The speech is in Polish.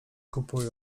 kupują